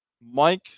Mike